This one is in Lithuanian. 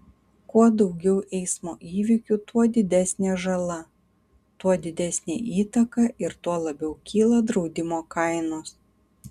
kuo daugiau eismo įvykių kuo didesnė žala tuo didesnė įtaka ir tuo labiau kyla draudimo kainos